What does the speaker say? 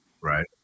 Right